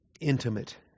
intimate